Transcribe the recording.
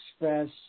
express